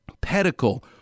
pedicle